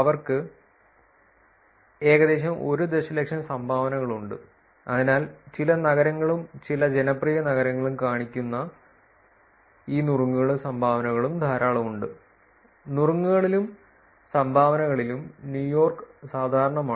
അവർക്ക് ഏകദേശം 1 ദശലക്ഷം സംഭാവനകളുണ്ട് അതിനാൽ ചില നഗരങ്ങളും ചില ജനപ്രിയ നഗരങ്ങളും കാണിക്കുന്നു ഈ നുറുങ്ങുകളും സംഭാവനകളും ധാരാളം ഉണ്ട് നുറുങ്ങുകളിലും സംഭാവനകളിലും ന്യൂയോർക്ക് സാധാരണമാണ്